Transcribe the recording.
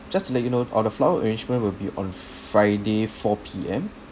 just to let you know uh the flower arrangement will be on friday four P_M